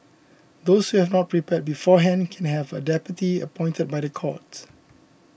those who have not prepared beforehand can have a deputy appointed by the court